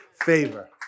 favor